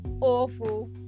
awful